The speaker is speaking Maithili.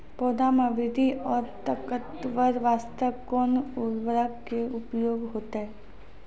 पौधा मे बृद्धि और ताकतवर बास्ते कोन उर्वरक के उपयोग होतै?